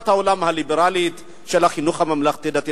העולם הליברלית של החינוך הממלכתי-דתי.